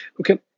okay